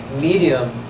medium